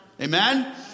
Amen